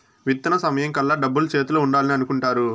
విత్తన సమయం కల్లా డబ్బులు చేతిలో ఉండాలని అనుకుంటారు